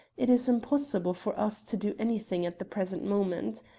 it is impossible for us to do anything at the present moment.